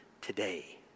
today